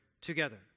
together